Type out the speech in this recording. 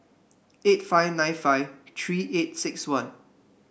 eight five nine five three eight six one